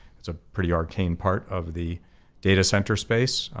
it's a pretty arcane part of the data center space.